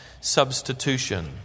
substitution